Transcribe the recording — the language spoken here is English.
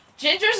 gingers